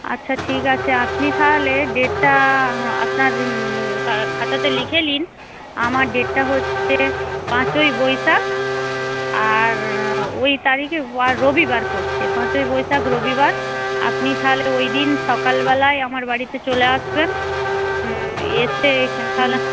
আচ্ছা ঠিক আছে আপনি তাহলে ডেটটা আপনার খাতাতে লিখে নিন আমার ডেটটা হচ্ছে পাঁচই বৈশাখ আর ওই তারিখে আর রবিবার পড়ছে পাঁচই বৈশাখ রবিবার আপনি তাহলে ওইদিন সকালবেলায় আমার বাড়িতে চলে আসবেন এসে এখান তাহলে